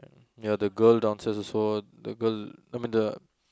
ya the girl downstairs also the girl I mean the